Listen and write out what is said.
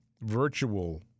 virtual